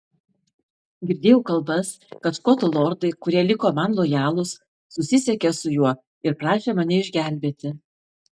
girdėjau kalbas kad škotų lordai kurie liko man lojalūs susisiekė su juo ir prašė mane išgelbėti